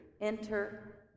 Enter